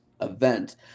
event